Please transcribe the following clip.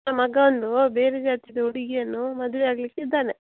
ಮಗನೂ ಬೇರೆ ಜಾತಿದು ಹುಡುಗಿಯನ್ನು ಮದುವೆ ಆಗ್ಲಿಕ್ಕೆ ಇದ್ದಾನೆ